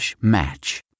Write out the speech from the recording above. match